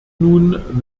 nun